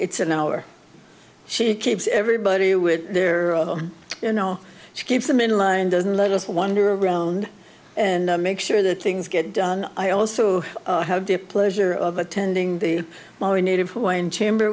it's an hour she keeps everybody with their you know she keeps them in line doesn't let us wonder around and make sure the things get done i also have the a pleasure of attending the native hawaiian chamber